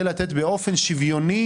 אנחנו מדברים בעיקר על 84 מיליון.